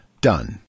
Done